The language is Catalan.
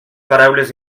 paraules